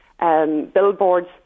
billboards